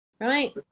right